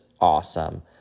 awesome